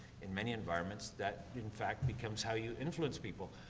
in many environments, that, in fact, becomes how you influence people.